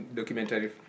documentary